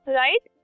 right